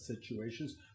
situations